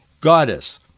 goddess